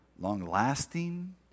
long-lasting